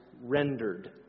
rendered